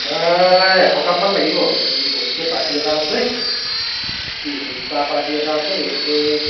এশ কাপমান লাগিব এই সৰুকৈ পাৰ্টী এটা আছে এই চাহ পাৰ্টী এটা আছে গতিকে